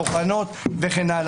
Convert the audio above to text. בוחנות וכן הלאה.